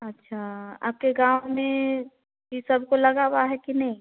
अच्छा आपके गाँव में यह सबको लगा हुआ है कि नहीं